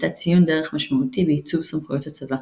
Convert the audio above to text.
הייתה ציון דרך משמעותי בעיצוב סמכויות הצבא,